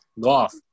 golf